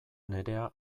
nerea